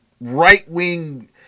right-wing